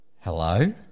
Hello